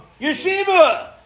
Yeshiva